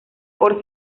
por